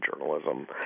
journalism